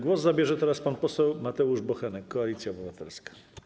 Głos zabierze teraz pan poseł Mateusz Bochenek, Koalicja Obywatelska.